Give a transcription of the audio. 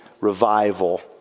revival